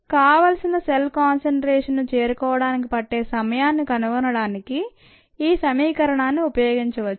కావాల్సిన cell concentration ను చేరుకోవడానికి పట్టే సమయాన్ని కనుగొనడానికి ఈ సమీకరణాన్ని ఉపయోగించవచ్చు